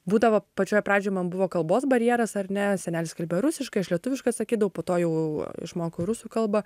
būdavo pačioj pradžioj man buvo kalbos barjeras ar ne senelis kalbėjo rusiškai aš lietuviškai atsakydavau po to jau išmokau rusų kalbą